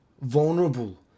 Vulnerable